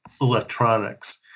electronics